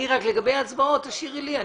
לגבי ההצבעות, תשאירי לי.